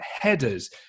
headers